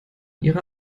ihre